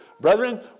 Brethren